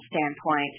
standpoint